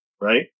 right